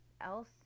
else